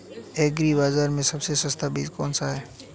Agree बाज़ार में सबसे सस्ता बीज कौनसा है?